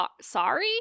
Sorry